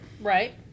Right